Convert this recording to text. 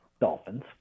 Dolphins